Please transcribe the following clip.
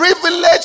privilege